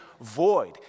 void